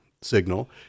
signal